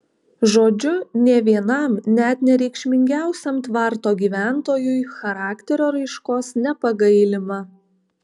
žodžiu nė vienam net nereikšmingiausiam tvarto gyventojui charakterio raiškos nepagailima